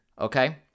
Okay